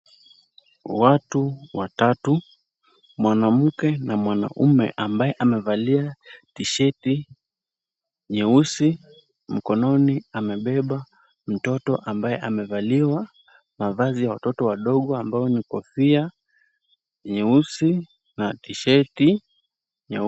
Watu watatu mwanamke na mwanaume ambaye amevatia t-sheti nyeusi, mkononi amebeba mtoto ambaye amevaliwa mavazi ya watoto wadogo ambao ni kofia nyeusi na t-sheti nyeupe.